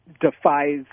defies